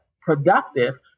productive